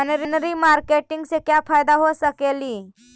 मनरी मारकेटिग से क्या फायदा हो सकेली?